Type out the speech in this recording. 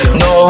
no